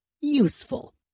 Useful